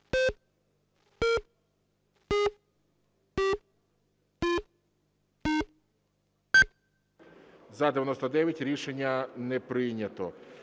За-116 Рішення не прийнято.